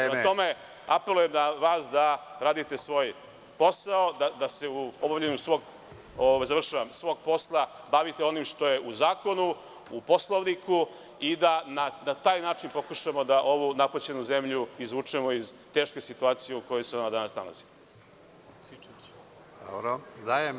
Prema tome, apelujem na vas da radite svoj posao, da se u obavljanju svog posla bavite onim što je u zakonu, u Poslovniku i da na taj način pokušamo da ovu napaćenu zemlju izvučemo iz teške situacije u kojoj se ona danas nalazi.